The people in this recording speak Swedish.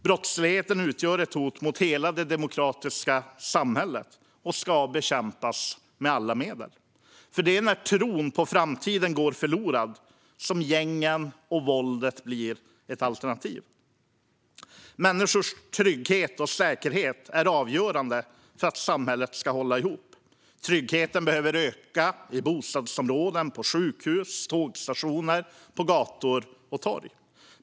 Brottsligheten utgör ett hot mot hela det demokratiska samhället och ska bekämpas med alla medel. Det är när tron på framtiden går förlorad som gängen och våldet blir ett alternativ. Människors trygghet och säkerhet är avgörande för att samhället ska hålla ihop. Tryggheten behöver öka i bostadsområden liksom på sjukhus, tågstationer, gator och torg.